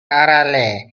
orally